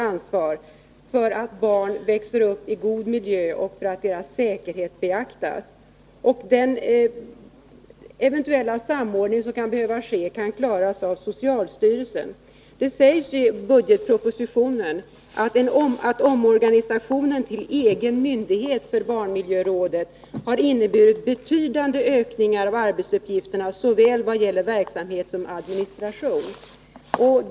Barnen måste få växa upp i en god miljö, och deras säkerhet måste beaktas. Den eventuella samordning som kan behöva ske kan som sagt klaras av socialstyrelsen. Det sägs också i budgetpropositionen att omorganisationen till egen myndighet för barnmiljörådet har inneburit betydande ökningar av arbets uppgifterna vad gäller såväl verksamhet som administration.